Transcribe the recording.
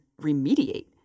remediate